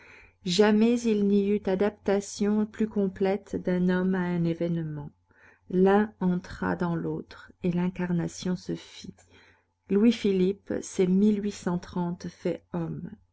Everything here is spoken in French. jamais il n'y eut adaptation plus complète d'un homme à un événement l'un entra dans l'autre et l'incarnation se fit louis-philippe c'est fait homme